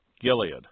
Gilead